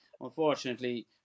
Unfortunately